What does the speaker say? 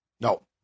No